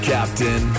Captain